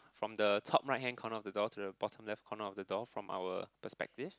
from the top right hand corner of the door to the bottom left corner of the door from our perspective